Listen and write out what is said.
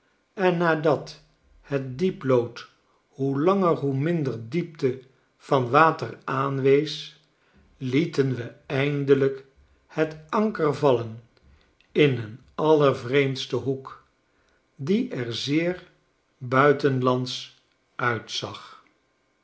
en nadat het dieplood hoe langer hoe minder diepte van water aanwees lieten we eindelijk het anker vallen in een allervreemdsten hoek die er zeer buitenlandsch uitzag